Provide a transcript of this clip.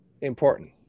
important